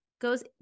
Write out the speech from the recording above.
goes